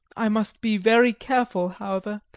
i must be very careful, however,